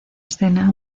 escena